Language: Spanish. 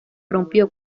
rompió